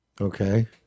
Okay